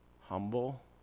Humble